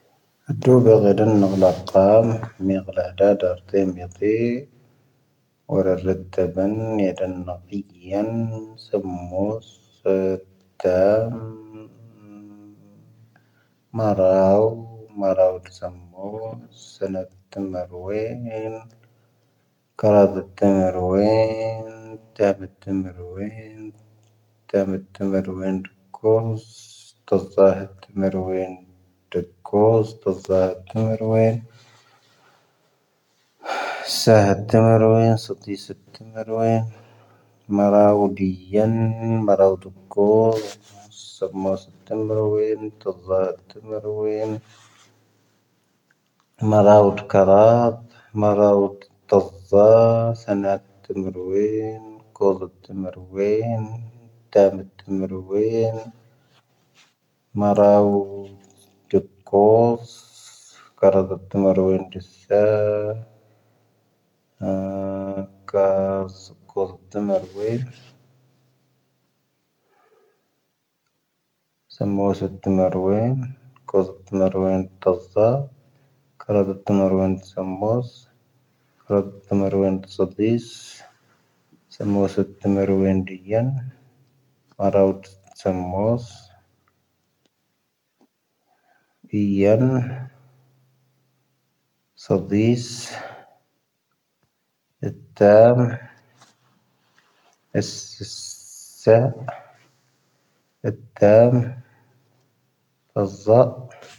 ⵎⴰⵔⴰⵡⵓ ⴷⵉⵢⴻⵏ ⵎⴰⵔⴰⵡⵓ ⴷⵓ ⴽoⵣ. ⵙⵓⵎo ⵙⴻ ⵜⵎⵔⵓⴻⵏ ⵜoⵣⵣⴰ ⵜⵎⵔⵓⴻⵏ. ⵎⴰⵔⴰⵡⵓ ⵜⴽⴰⵔⴰⴷ ⵎⴰⵔⴰⵡⵓ ⵜⵜoⵣⵣⴰ. ⵙⴰⵏⴰⵜ ⵜⵎⵔⵓⴻⵏ ⴽoⵣ ⵜⵎⵔⵓⴻⵏ. ⴷⵀⴰⵎⴻⴷ ⵜⵎⵔⵓⴻⵏ. ⵎⴰⵔⴰⵡⵓ ⴷⵓ ⴽoⵣ. ⴽⴰⵔⴰⴷ ⵜⵎⵔⵓⴻⵏ ⴷⵓ ⵙⴻ. ⴽⴰoⵣ ⴽoⵣ ⵜⵎⵔⵓⴻⵏ. ⵙⵓⵎo ⵙⴻ ⵜⵎⵔⵓⴻⵏ ⴽoⵣ ⵜⵎⵔⵓⴻⵏ ⵜoⵣⵣⴰ. ⴽⴰⵔⴰⴷ ⵜⵎⵔⵓⴻⵏ ⵙⵓⵎo ⵙⴻ ⵜⵎⵔⵓⴻⵏ ⴷⵓ ⵣoⴷⵉⵣ. ⵙⵓⵎo ⵙⴻ ⵜⵎⵔⵓⴻⵏ ⴷⵓ ⵢⴻⵏ. ⵎⴰⵔⴰⵡⵓ ⴷⵓ ⵣⴰⵎoⵙ. ⵢⴻⵏ ⵣoⴷⵉⵣ. ⵉⵜⵜⴰⵎ. ⵉⵙⵙⴻ. ⵉⵜⵜⴰⵎ. ⵜⵜoⵣⵣⴰ.